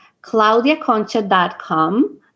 ClaudiaConcha.com